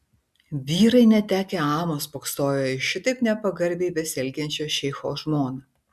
vyrai netekę amo spoksojo į šitaip nepagarbiai besielgiančią šeicho žmoną